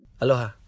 Aloha